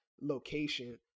location